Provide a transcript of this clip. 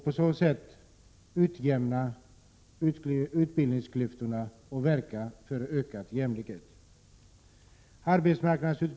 På så sätt kan AMU utjämna utbildningsklyftorna och verka för ökad jämlikhet.